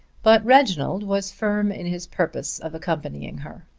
but reginald was firm in his purpose of accompanying her.